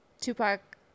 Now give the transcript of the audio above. Tupac